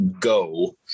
go